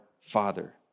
Father